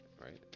right